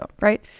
Right